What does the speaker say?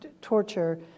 torture